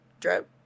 drip